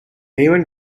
anyone